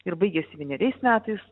ir baigiasi vieneriais metais